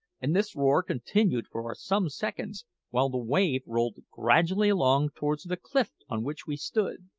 and this roar continued for some seconds while the wave rolled gradually along towards the cliff on which we stood.